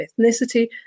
ethnicity